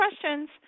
questions